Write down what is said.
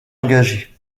engagée